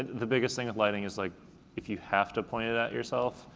the biggest thing with lighting is like if you have to point it at yourself,